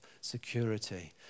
security